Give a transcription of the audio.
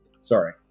Sorry